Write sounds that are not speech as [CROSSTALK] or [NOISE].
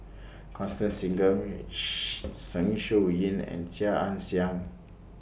Constance Singam [NOISE] Zeng Shouyin and Chia Ann Siang